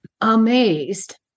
amazed